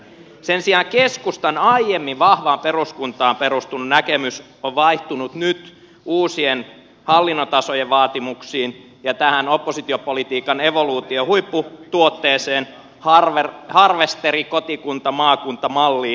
sen sijaan keskustan aiemmin vahvaan peruskuntaan perustunut näkemys on vaihtunut nyt vaatimuksiin uusista hallinnontasoista ja tähän oppositiopolitiikan evoluution huipputuotteeseen harvesterikotikuntamaakunta malliin